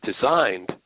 designed